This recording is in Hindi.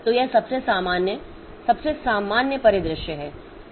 तो यह सबसे सामान्य सबसे सामान्य परिदृश्य है